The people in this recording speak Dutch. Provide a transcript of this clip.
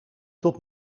tot